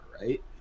Right